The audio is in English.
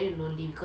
ya